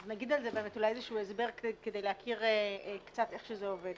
אז נגיד על זה אולי איזשהו הסבר כדי להכיר קצת איך שזה עובד.